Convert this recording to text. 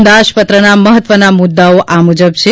અંદાજપત્રના મહત્વના મુદ્દાઓ આ મુજબ છે